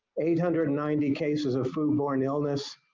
eight hundred and ninety cases of flu-borne illness,